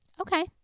Okay